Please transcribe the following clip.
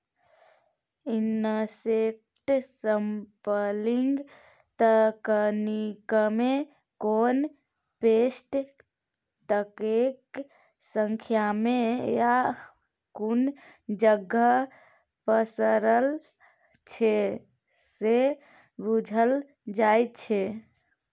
insect sampling तकनीकमे कोन pest कतेक संख्यामे आ कुन जगह पसरल छै से बुझल जाइ छै